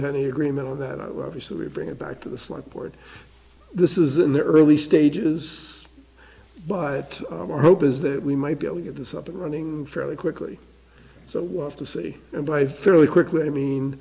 any agreement on that i love you so we bring it back to the slick board this is in the early stages but our hope is that we might be able to get this up and running fairly quickly so what's to say and by fairly quickly i mean